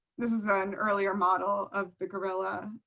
this is an earlier model of the gorilla.